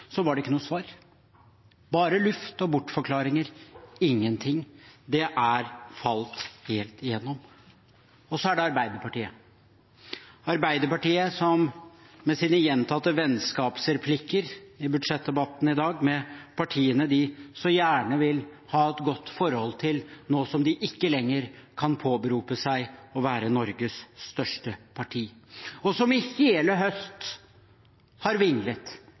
var det ikke noe svar, bare luft og bortforklaringer – ingenting. Det er falt helt igjennom. Og så er det Arbeiderpartiet, som har kommet med gjentatte vennskapsreplikker i budsjettdebatten i dag til partiene de så gjerne vil ha et godt forhold til nå som de ikke lenger kan påberope seg å være Norges største parti, og som i hele høst har vinglet